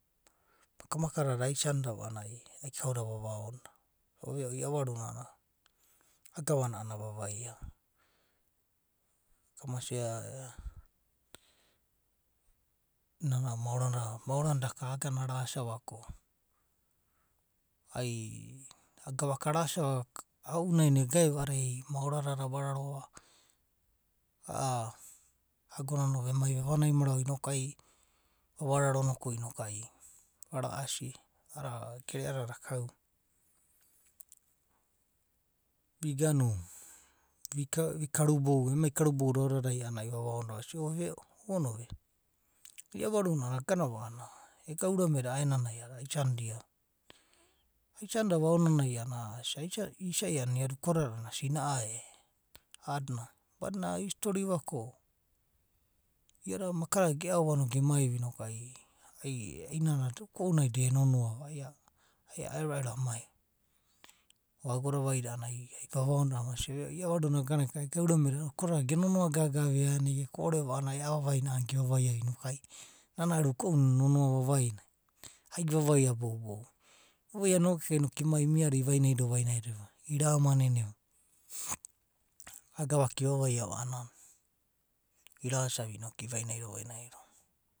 Maka maka da aisani dava a’anana ai kau da ava oni dava. oh veo. iavaru na a’anana a’a gava na ava vaia va, vasia nana maora na daka iagana arasiava, ai gava ka ara sia va. ao’unai egore va a’anana moara dada ava rarodava, a’a ago na no vermai vevanai marau inoku ai vavararo noku ai vara asi gere adad ava kau. Vi ganu, vi karu bou. emai karubou da ao dadai a’ananai ai vavao nida vasia, ai veo, uonove, agana ega urame da a’ananai a’adada aisanida be. Aisanida va aonai a’aenanai a’adada aisanida be. Aisanida va aonanai a’anana isai iada uko dada sina’a e’aena, badinana e story va a’anana iada maka dada geao va no gemai va inoku ai nana uko unai da enonoa va ai. ai aero vairo amai va. Ago da vaida a’anana ai vavao nida vasia. ake veo ivaru na agana va a’anana ega urame da uko dada genonoa va. nana ero uko una enonoa vavaina noku ai ivavaia boubou va. Ivavaia noku eka imai imi ado imi ava ivain ai do vainai do vainai do va a’a govaka i’vai nai do vainai do va a’a gavaka i’va vaia va anana i’ra sia va inainai ainiava.